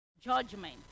judgment